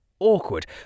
Awkward